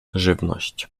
żywność